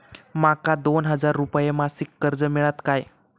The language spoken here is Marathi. माका दोन हजार रुपये मासिक कर्ज मिळात काय?